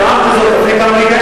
אני אמרתי את זה לפני כמה רגעים,